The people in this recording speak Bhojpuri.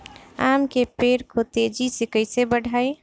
आम के पेड़ को तेजी से कईसे बढ़ाई?